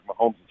Mahomes